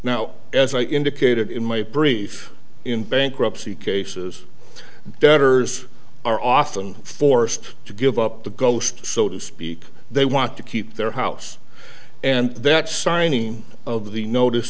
now as i indicated in my brief in bankruptcy cases debtors are often forced to give up the ghost so to speak they want to keep their house and that signing of the notice